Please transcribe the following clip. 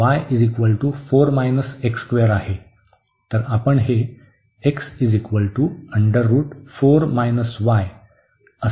तर आपण हे x असे देखील लिहू शकतो